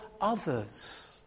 others